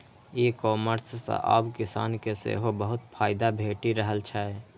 ई commerce सं आब किसान के सेहो बहुत फायदा भेटि रहल छै